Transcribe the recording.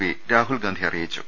P Rahul Gandhi അറിയിച്ചു